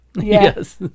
Yes